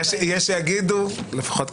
אני פותח את ישיבת ועדת החוקה, חוק ומשפט.